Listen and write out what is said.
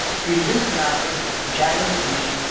three years from now is january three,